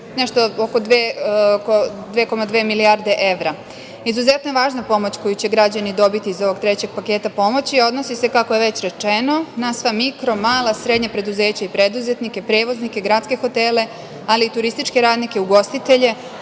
nešto oko 2,2 milijarde evra. Izuzetno je važna pomoć koju će građani dobiti iz ovog trećeg paketa pomoći. Odnosi se kako je već rečeno, na sva mikro, mala, srednja preduzeća i preduzetnike, prevoznike, gradske hotele, ali i turističke radnike, ugostitelje